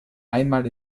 einmal